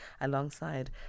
alongside